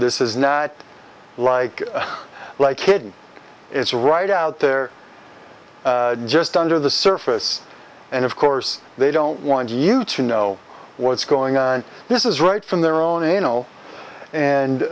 this is not like like kid it's right out there just under the surface and of course they don't want you to know what's going on this is right from their own anal and